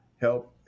help